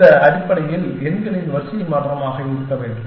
அந்த அடிப்படையில் n எண்களின் வரிசைமாற்றமாக இருக்க வேண்டும்